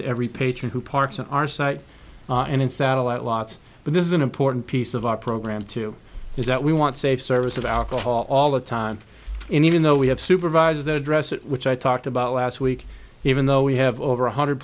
to every patron who parks on our site and in satellite lots but this is an important piece of our program too is that we want safe service of alcohol all the time and even though we have supervisors there address it which i talked about last week even though we have over one hundred